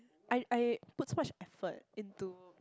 I I put much effort into